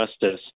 justice